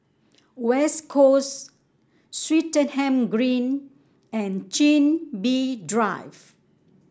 West Coast Swettenham Green and Chin Bee Drive